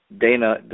dana